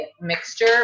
mixture